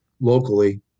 locally